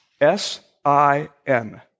S-I-N